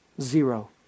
Zero